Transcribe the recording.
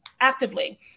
actively